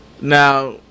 Now